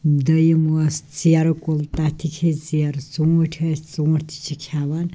دٔیِم ٲس ژیرٕ کُل تَتھ تہِ کھے ژیرٕ ژوٗنٛٹھۍ ٲسۍ ژوٗنٛٹھۍ تہِ چھِ کھٮ۪وان